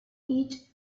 each